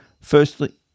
Firstly –